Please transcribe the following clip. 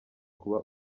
kuba